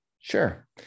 Sure